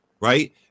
Right